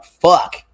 fuck